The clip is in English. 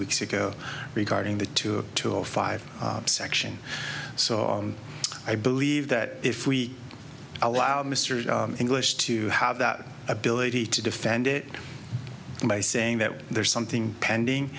weeks ago regarding the two to a five section so i believe that if we allow mr english to have that ability to defend it by saying that there's something pending